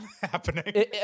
happening